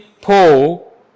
Paul